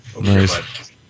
Nice